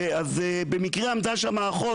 אז במקרה עמדה שם אחות,